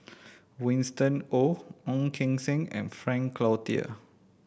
Winston Oh Ong Keng Sen and Frank Cloutier